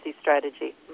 Strategy